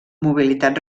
mobilitat